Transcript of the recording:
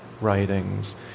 writings